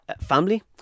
family